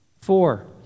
Four